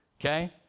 okay